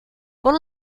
por